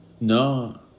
No